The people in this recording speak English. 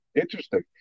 interesting